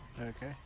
Okay